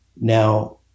Now